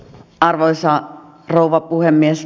arvoisa rouva puhemies